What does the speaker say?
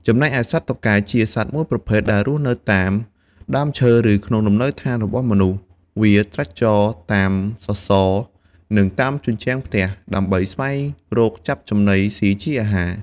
ចំណែកសត្វតុកកែ ជាសត្វមួយប្រភេទ ដែលរស់នៅតាមដើមឈើឬក្នុងលំនៅឋានរបស់មនុស្ស វាត្រាច់ចរតាមសសរ និងតាមជញ្ចាំងផ្ទះ ដើម្បីស្វែងរកចាប់ចំណីស៊ីជាអាហារ។